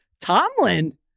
Tomlin